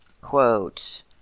quote